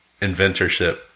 inventorship